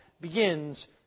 begins